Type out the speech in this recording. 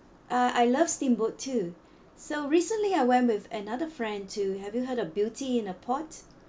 uh I love steamboat too so recently I went with another friend to have you heard of beauty in a pot